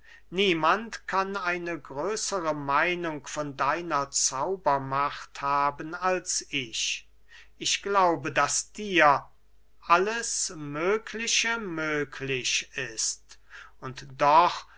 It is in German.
niemand kann eine größere meinung von deiner zaubermacht haben als ich ich glaube daß dir alles mögliche möglich ist und doch